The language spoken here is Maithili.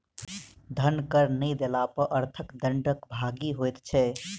धन कर नै देला पर अर्थ दंडक भागी होइत छै